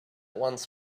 once